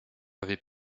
avaient